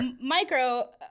micro